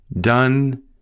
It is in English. done